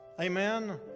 Amen